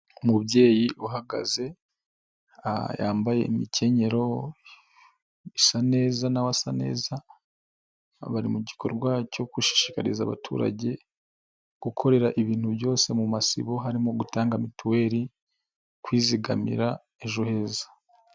Umubyeyi uhagaze yambaye imikenyero isa neza na we asa neza, bari mu gikorwa cyo gushishikariza abaturage gukorera ibintu byose mu masibo harimo: gutanga Mituweli, kwizigamira ejo heza.